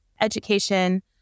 education